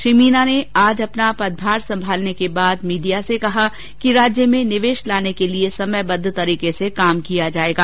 श्री मीना ने आज अपना पदभार संभालने के बाद मीडिया से कहा कि राज्य में निवेश लाने के लिए समयबद्व तरीके से काम किया जाएगा